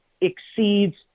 exceeds